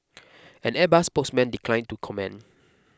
an Airbus spokesman declined to comment